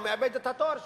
הוא מאבד את התואר שלו.